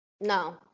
No